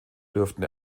dürften